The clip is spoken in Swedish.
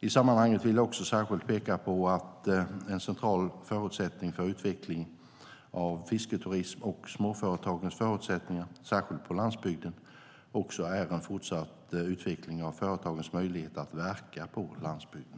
I sammanhanget vill jag också särskilt peka på att en central förutsättning för utvecklingen av fisketurism och småföretagens förutsättningar - särskilt på landsbygden - är en fortsatt utveckling av företagarnas möjligheter att verka på landsbygden.